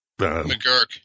McGurk